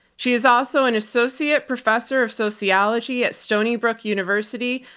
she is also an associate professor of sociology at stonybrook university,